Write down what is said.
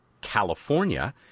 California